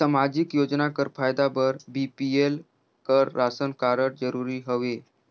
समाजिक योजना कर फायदा बर बी.पी.एल कर राशन कारड जरूरी हवे?